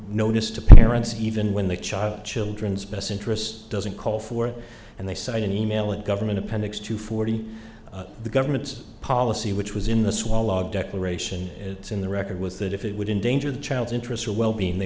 notice to parents even when the child children's best interest doesn't call for it and they cite an e mail in government appendix to forty the government's policy which was in the swallow declaration it's in the record was that if it would endangered the child's interests or wellbeing they